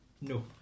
No